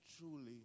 truly